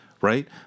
right